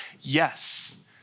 Yes